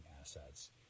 assets